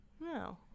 No